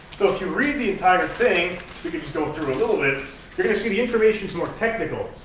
so if you read the entire thing we can just go through a little bit you're going to see the information's more technical.